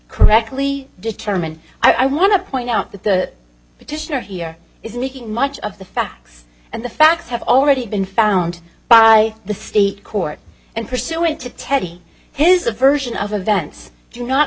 correctly determine i want to point out that the petitioner here is making much of the facts and the facts have already been found by the state court and pursuant to teddy his a version of events do not